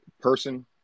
person